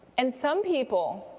and some people,